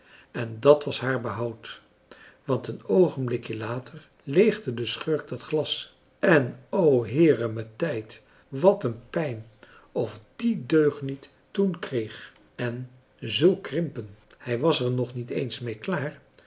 en dat was haar behoud want een oogenblikje later leegde de schurk dat glas en o heeremijntijd wat een pijn of die deugniet toen kreeg en zulk krimpen hij was er nog niet eens mee klaar